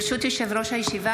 ברשות יושב-ראש הישיבה,